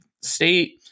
state